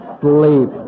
sleep